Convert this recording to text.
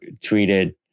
tweeted